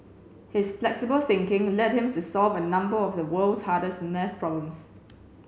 his flexible thinking led him to solve a number of the world's hardest maths problems